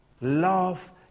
Love